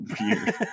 weird